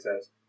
says